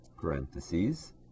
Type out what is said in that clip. parentheses